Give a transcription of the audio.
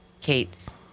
Kate's